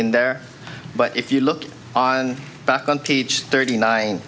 in there but if you look on back on th thirty nine